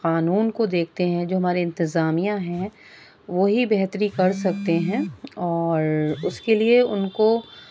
قانون کو دیکھتے ہیں جو ہمارے انتظامیہ ہیں وہی بہتری کر سکتے ہیں اور اس کے لیے ان کو